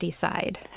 side